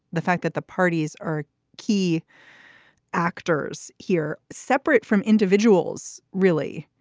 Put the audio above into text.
the fact that the parties are key actors here, separate from individuals. really?